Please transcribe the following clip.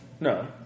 No